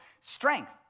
strength